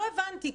לא הבנתי,